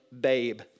babe